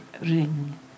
ring